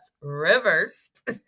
reversed